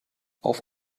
auf